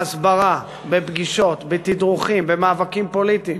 בהסברה, בפגישות, בתדרוכים, במאבקים פוליטיים.